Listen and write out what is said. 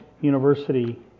University